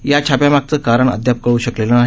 या छाप्यांमागचं कारण अद्याप कळू शकलेलं नाही